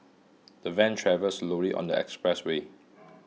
the van travelled slowly on the expressway